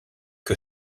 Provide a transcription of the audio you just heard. que